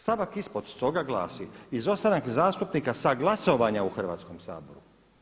Stavak ispod toga glasi, izostanak zastupnika sa glasovanja u Hrvatskom saboru.